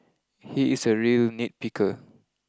he is a real nit picker